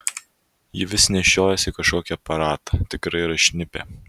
ji vis nešiojasi kažkokį aparatą tikrai yra šnipė